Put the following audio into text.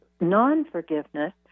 non-forgiveness